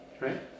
right